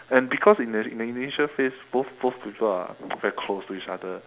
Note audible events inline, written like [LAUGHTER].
and because in the in the initial phase both both people are [NOISE] very close to each other